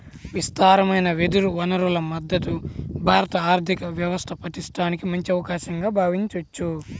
విస్తారమైన వెదురు వనరుల మద్ధతు భారత ఆర్థిక వ్యవస్థ పటిష్టానికి మంచి అవకాశంగా భావించవచ్చు